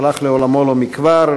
שהלך לעולמו לא מכבר,